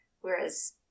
Whereas